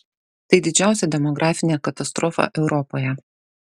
tai didžiausia demografinė katastrofa europoje